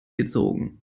gezogen